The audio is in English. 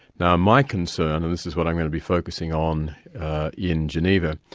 now my concern, and this is what i'm going to be focusing on in geneva,